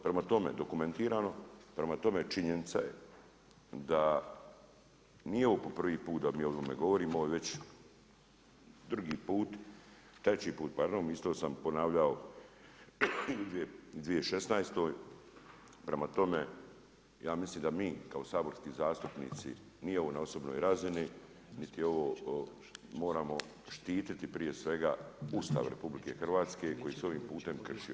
Prema tome, dokumentirano, prema tome činjenica je da nije ovo prvi put da o ovome govorimo, već drugi put, treći put, pardon, isto sam ponavljao i u 2016. prema tome, ja mislim da mi kao saborski zastupnici, nije ovo na osobnoj razini, niti ovo moramo štiti prije svega Ustav RH koji se ovim putem kršio.